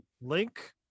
link